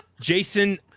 Jason